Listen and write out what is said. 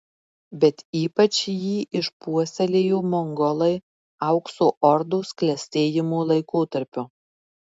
bet ypač jį išpuoselėjo mongolai aukso ordos klestėjimo laikotarpiu